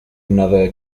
another